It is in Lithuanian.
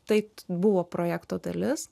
tai buvo projekto dalis